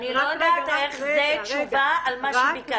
אני לא יודעת איך זה תשובה על מה שביקשתי.